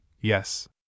yes